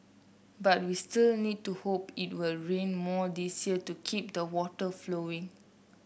but we still need to hope it will rain more this year to keep the water flowing